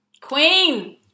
Queen